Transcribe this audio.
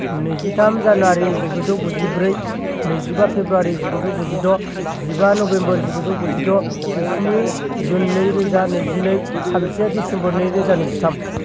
नैजिथाम जानुवारि जिगुजौ गुजिब्रै नैजिबा फेब्रुवारि जिगुजौ गुजिद' जिबा नभेम्बर जिगुजौ गुजिद' जिस्नि जुन नैरोजा नैजिनै थामजिसे दिसेम्बार नैरोजा नैजिथाम